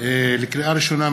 לקריאה ראשונה,